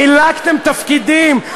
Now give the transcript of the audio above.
חילקתם תפקידים,